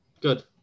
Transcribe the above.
Good